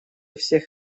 всех